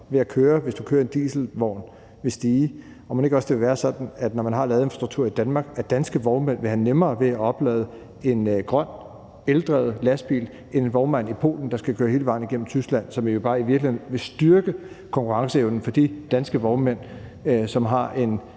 ved at køre, hvis du kører i en dieselvogn, vil stige. Og mon ikke også det vil være sådan, når man har lavet en struktur i Danmark, at danske vognmænd vil have nemmere ved at oplade en grøn, eldrevet lastbil end en vognmand i Polen, der skal køre hele vejen igennem Tyskland – hvilket jo i virkeligheden bare vil styrke konkurrenceevnen for de danske vognmænd, som har en